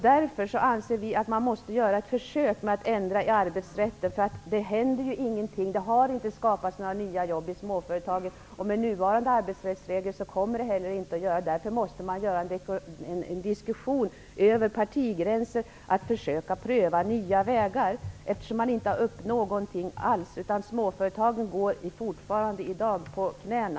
Vi anser att man måste göra ett försök att ändra i arbetsrätten. Det händer ju ingenting. Det har inte skapats några nya jobb i småföretagen, och med nuvarande arbetsrättsregler kommer det heller inte att skapas några. Man måste därför föra en diskussion över partigränser och försöka att pröva nya vägar. Det har inte hänt någonting alls, utan småföretagen går i dag fortfarande på knäna.